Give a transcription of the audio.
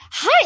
Hi